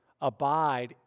Abide